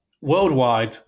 Worldwide